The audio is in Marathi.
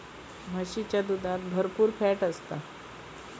म्हशीच्या दुधात भरपुर फॅट असता